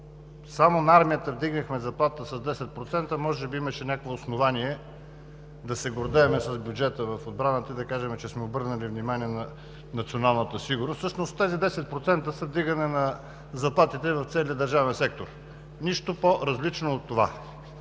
само на армията вдигнехме заплатата с 10%, може би имаше някакво основание да се гордеем с бюджета за отбраната и да кажем, че сме обърнали внимание на националната сигурност. Всъщност тези 10% са за вдигане на заплатите в целия държавен сектор, нищо по-различно от това!